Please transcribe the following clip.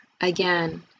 Again